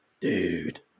Dude